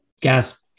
gas